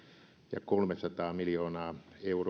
ja kolmesataa miljoonaa euroa